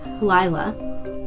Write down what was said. Lila